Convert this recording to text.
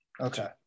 Okay